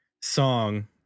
song